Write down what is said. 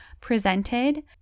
presented